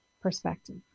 perspective